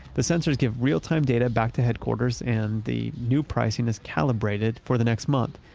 the sensors give real-time data back to headquarters and the new pricing is calibrated for the next month.